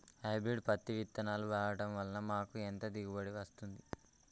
Hybrid పత్తి విత్తనాలు వాడడం వలన మాకు ఎంత దిగుమతి వస్తుంది?